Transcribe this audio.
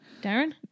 Darren